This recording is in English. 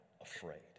afraid